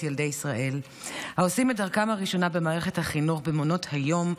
ילדי ישראל העושים את דרכם לראשונה במערכת החינוך במעונות היום,